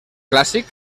clàssic